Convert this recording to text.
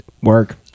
Work